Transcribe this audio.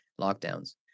lockdowns